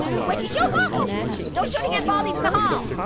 what you shooting? no shooting at baldies in the hall.